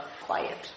quiet